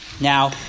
Now